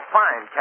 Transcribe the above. fine